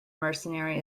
mercenary